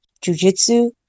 jujitsu